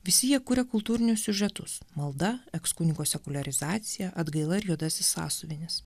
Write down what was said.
visi jie kuria kultūrinius siužetus malda ekskunigo sekuliarizacija atgaila ir juodasis sąsiuvinis